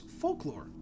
folklore